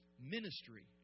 Ministry